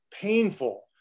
painful